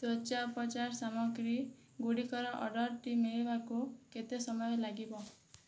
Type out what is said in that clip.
ତ୍ଵଚା ଉପଚାର ସାମଗ୍ରୀ ଗୁଡ଼ିକର ଅର୍ଡ଼ରଟି ମିଳିବାକୁ କେତେ ସମୟ ଲାଗିବ